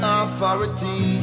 authority